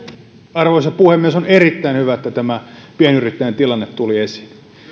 arvoisa puhemies on erittäin hyvä että tämä pienyrittäjien tilanne tuli esiin